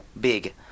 big